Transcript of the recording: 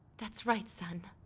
that's right, son.